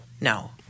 No